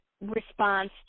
response